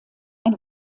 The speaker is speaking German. ein